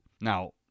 Now